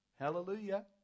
Hallelujah